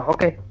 Okay